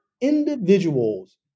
individuals